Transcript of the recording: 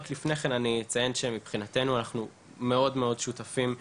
רק לפני כן אני אציין שמבחינתנו אנחנו מאוד שותפים לוועדה,